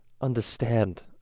understand